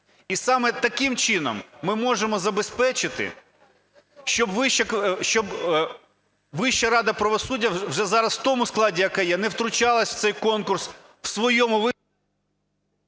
І саме таким чином ми можемо забезпечити, щоб Вища рада правосуддя вже зараз в тому складі, яка є, не втручалась в цей конкурс в своєму…